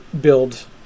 build